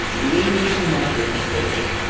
the indians he met were hospitable,